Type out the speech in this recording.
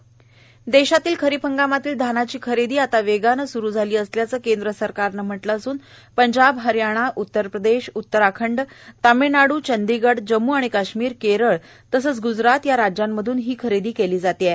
धानाची खरेदी देशात खरीप हंगामातील धानाची खरेदी वेगानं सुरु असल्याचं केंद्र सरकारनं म्हटलं असून पंजाब हरयाणा उत्तर प्रदेश उत्तराखंड तामिळनाडू चंदिगड जम्म् आणि काश्मीर केरळ तसंच ग्जरात या राज्यातून ही खरेदी केली जात आहे